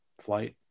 flight